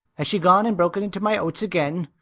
has she gone and broken into my oats again?